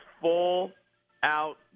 full-out